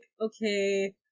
okay